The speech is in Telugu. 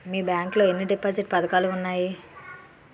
మీ బ్యాంక్ లో ఎన్ని డిపాజిట్ పథకాలు ఉన్నాయి?